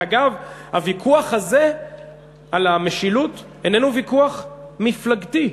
ואגב, הוויכוח הזה על המשילות איננו ויכוח מפלגתי,